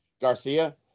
Garcia